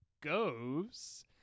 goes